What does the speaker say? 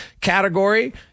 category